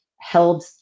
held